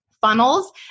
funnels